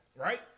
Right